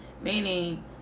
meaning